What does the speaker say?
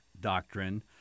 doctrine